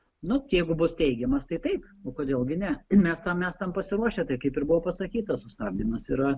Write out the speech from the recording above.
nu jeigu bus teigiamas tai taip o kodėl gi ne mes tam esam pasiruošę tai kaip ir buvo pasakyta sustabdymas yra